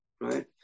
right